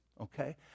okay